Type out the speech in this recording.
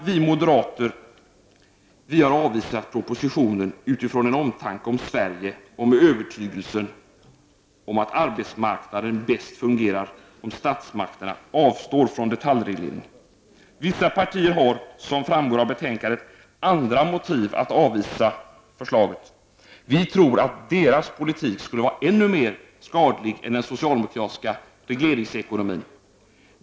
Vi moderater har avvisat propositionen utifrån vår omtanke om Sverige och utifrån vår övertygelse om att arbetsmarknaden fungerar bäst om statsmakterna avstår från detaljreglering. Vissa partier har, som framgår av betänkandet, andra motiv att avvisa förslaget. Vi tror att deras politik skulle vara ännu mer skadlig än den socialdemokratiska regleringsekonomin.